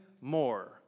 more